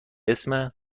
اسم